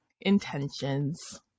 intentions